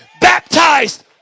baptized